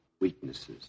weaknesses